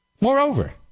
Moreover